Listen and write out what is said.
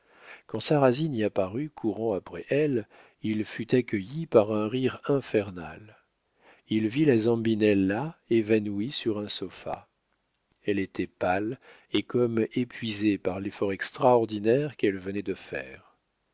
quand sarrasine y apparut courant après elle il fut accueilli par un rire infernal il vit la zambinella évanouie sur un sofa elle était pâle et comme épuisée par l'effort extraordinaire qu'elle venait de faire